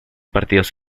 partidos